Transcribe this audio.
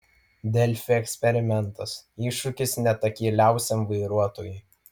delfi eksperimentas iššūkis net akyliausiam vairuotojui